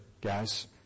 guys